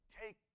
take